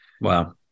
Wow